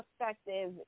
perspective